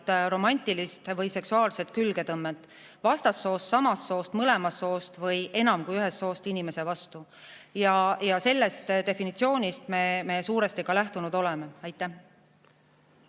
romantilist või seksuaalset külgetõmmet vastassoost, samast soost, mõlemast soost või enam kui ühest soost inimese vastu. Sellest definitsioonist oleme me suuresti lähtunud. Suur aitäh!